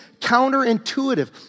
counterintuitive